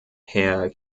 herr